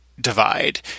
divide